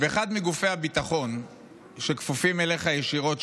באחד מגופי הביטחון שכפופים אליך ישירות,